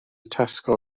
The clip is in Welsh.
tesco